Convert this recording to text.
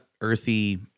earthy